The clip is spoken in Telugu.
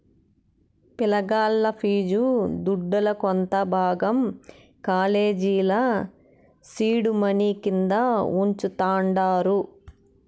పిలగాల్ల ఫీజు దుడ్డుల కొంత భాగం కాలేజీల సీడ్ మనీ కింద వుంచతండారు